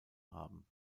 haben